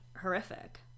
horrific